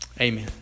amen